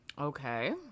Okay